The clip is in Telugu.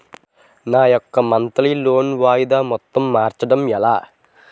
నా యెక్క మంత్లీ లోన్ వాయిదా మొత్తం మార్చడం ఎలా?